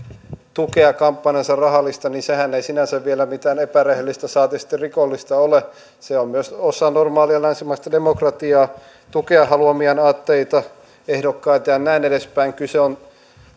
tukea kampanjaansa niin ei vielä mitään epärehellistä saati sitten rikollista ole se on myös osa normaalia länsimaista demokratiaa tukea haluamiaan aatteita ehdokkaita ja näin edespäin kyse on